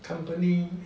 company